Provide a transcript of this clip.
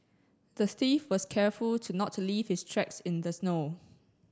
the thief was careful to not leave his tracks in the snow